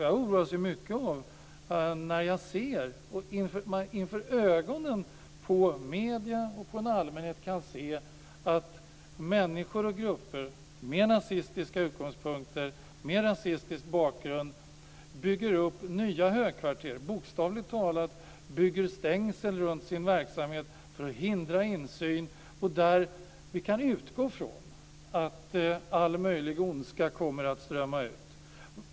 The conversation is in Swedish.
Jag oroas mycket när jag ser att människor och grupper med nazistiska utgångspunkter och med rasistisk bakgrund bygger upp, inför ögonen på medier och allmänhet, nya högkvarter, bokstavligt talat bygger stängsel runt sin verksamhet för att hindra insyn och där vi kan utgå från att all möjlig ondska kommer att strömma ut.